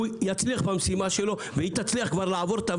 יצליח במשימה שלו והיא תצליח לעבור כבר,